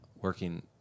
working